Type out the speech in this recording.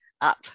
up